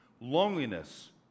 Loneliness